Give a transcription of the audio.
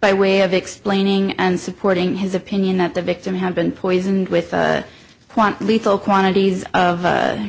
by way of explaining and supporting his opinion that the victim had been poisoned with want lethal quantities of